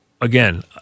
again